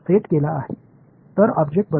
எனவே பொருள் மாற்றப்படுகிறது